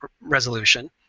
resolution